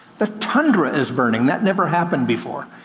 the tundra is burning, that never happened before.